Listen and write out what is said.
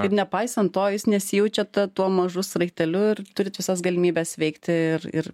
ir nepaisant tojūs nesijaučiat tuo mažu sraigteliu ir turit visas galimybes veikti ir ir